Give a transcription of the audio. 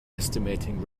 estimating